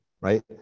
right